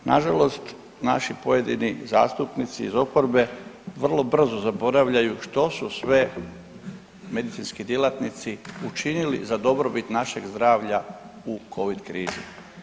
Nažalost naši pojedini zastupnici iz oporbe vrlo brzo zaboravljaju što su sve medicinski djelatnici učinili za dobrobit našeg zdravlja u covid krizi.